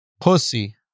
Pussy